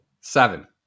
seven